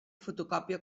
fotocòpia